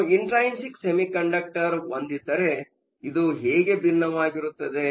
ನೀವು intrinsic semiconductor ಹೊಂದಿದ್ದರೆ ಇದು ಹೇಗೆ ಭಿನ್ನವಾಗಿರುತ್ತದೆ